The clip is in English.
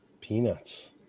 Peanuts